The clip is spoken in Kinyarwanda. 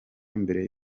mbere